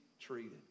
treated